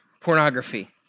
pornography